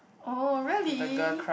oh really